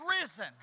risen